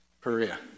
Perea